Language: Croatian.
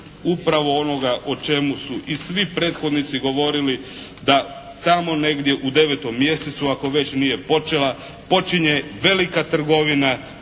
upravo onoga o čemu su i svi prethodnici govorili da tamo negdje u 9. mjesecu ako već nije počela, počinje velika trgovina